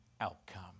outcome